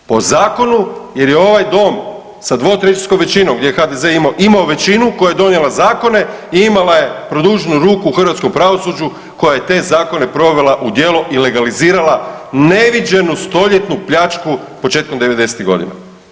Po zakonu jer je ovaj dom sa 2/3 većinom gdje je HDZ imao većinu koja je donijela zakona i imala je produženu ruku u hrvatskom pravosuđu koja je te zakone provela u djelo i legalizirala neviđenu stoljetnu pljačku početkom '90.-tih godina.